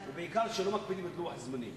בעיקר כי לא מקפידים על לוח הזמנים.